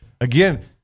again